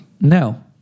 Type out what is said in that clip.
No